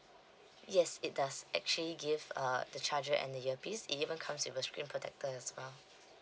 yes it does actually give uh the charger and the earpiece it even comes with a screen protector as well